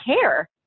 care